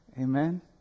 Amen